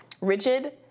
rigid